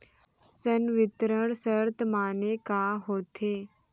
संवितरण शर्त माने का होथे?